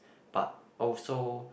but also